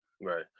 right